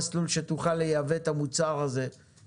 סמך תעודה שהוא מביא מחו"ל על כך שהמוצר עומד בתקן